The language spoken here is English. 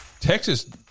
Texas